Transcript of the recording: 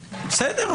בסדר,